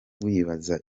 wibaza